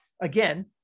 again